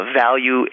value